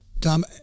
Tom